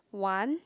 one